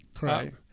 right